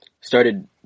started